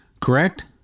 Correct